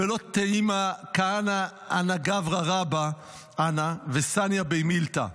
ולא תימא כהנא אנא גברא רבא אנא וסניא בי מלתא".